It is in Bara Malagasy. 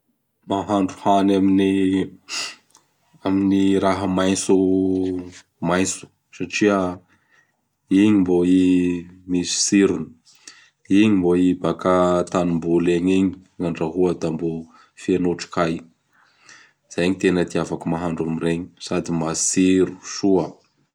Mahandro hany amin'ny amin'ny raha maintsomaintso satria igny mbô i misy tsirony, igny mbô i baka a atanimboly egny igny gn'andrahoa da mbô feno otrikay. Izay gny tena itiavako mahandro an'iregny sady matsiro soa.